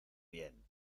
bien